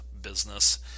business